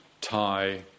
Thai